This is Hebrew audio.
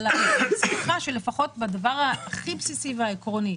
בסופו של דבר יביאו לתוצאה.